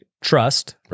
trust